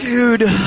Dude